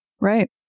Right